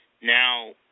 Now